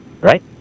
right